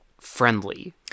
friendly